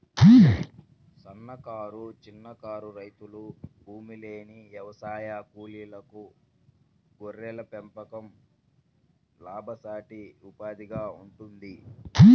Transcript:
సన్నకారు, చిన్నకారు రైతులు, భూమిలేని వ్యవసాయ కూలీలకు గొర్రెల పెంపకం లాభసాటి ఉపాధిగా ఉంటుంది